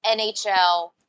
NHL